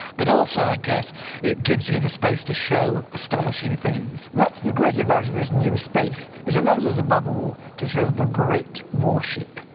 but also i guess it gives you the space to show astonishing things? that's the great advantage of this new space it allows us above all to show the great warship,